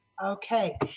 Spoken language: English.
Okay